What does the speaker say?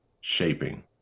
shaping